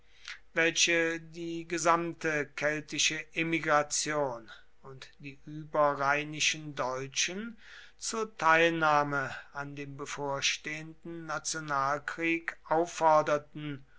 welche die gesamte keltische emigration und die überrheinischen deutschen zur teilnahme an dem bevorstehenden nationalkrieg aufforderten